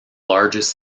largest